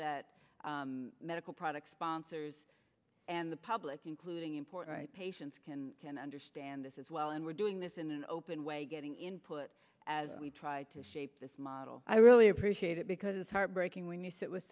that medical products sponsors and the public including importantly patients can can understand this as well and we're doing this in an open way getting input as we try to shape this model i really appreciate it because it's heartbreaking when you sit with